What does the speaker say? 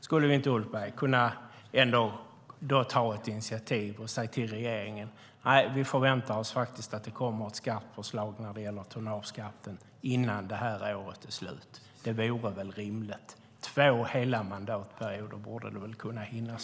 Jag undrar om vi inte, Ulf Berg, skulle kunna ta ett initiativ och säga till regeringen: Nej, vi förväntar oss faktiskt att det kommer ett skarpt förslag när det gäller tonnageskatten innan det här året är slut. Det vore väl rimligt. Det här borde man väl kunna hinna på två hela mandatperioder.